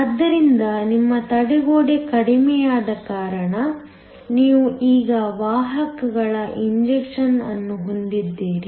ಆದ್ದರಿಂದ ನಿಮ್ಮ ತಡೆಗೋಡೆ ಕಡಿಮೆಯಾದ ಕಾರಣ ನೀವು ಈಗ ವಾಹಕಗಳ ಇಂಜೆಕ್ಷನ್ ಅನ್ನು ಹೊಂದಿದ್ದೀರಿ